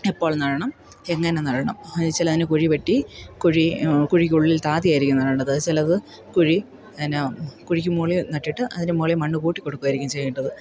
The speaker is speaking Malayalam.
എപ്പോൾ നടണം എങ്ങനെ നടണം എന്നു ചോദിച്ചാലതിന് കുഴി വെട്ടി കുഴി കുഴിക്കുള്ളിൽ താഴ്ത്തിയായിരിക്കും നടേണ്ടത് ചിലത് കുഴി എന്ന കുഴിക്ക് മുകളിൽ നട്ടിട്ട് അതിന് മുകളിൽ മണ്ണു കൂട്ടി കൊടുക്കുമായിരിക്കും ചെയ്യേണ്ടത്